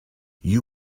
you